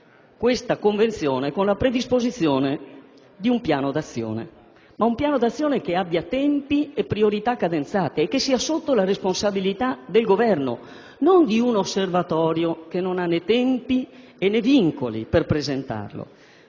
questa Convenzione con la predisposizione di un Piano d'azione che abbia tempi e priorità cadenzate e che sia sotto la responsabilità del Governo, non di un Osservatorio che non ha né tempi né vincoli per presentarlo.